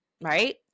right